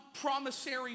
promissory